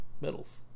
medals